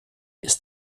ist